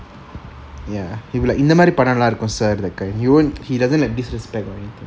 ya he will be like இந்த மாறி பண்ணா நல்லா இருக்கும்:intha mari panna nalla irukkum sir like that kind he won't he doesn't like disrespect or anything